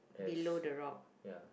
there's yeah